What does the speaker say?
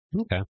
Okay